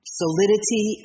solidity